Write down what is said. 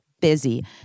busy